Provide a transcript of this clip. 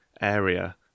area